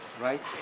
right